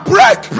Break